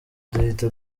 duhita